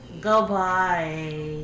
Goodbye